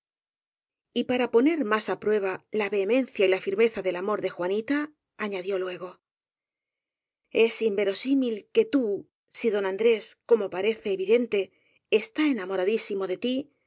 engañas y para poner más á prueba la vehemencia y la firmeza del amor de juanita añadió luego es inverosímil que tú si don andrés como parece evidente está enamoradísimo de tí le